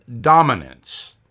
dominance